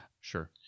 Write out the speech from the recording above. Sure